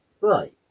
right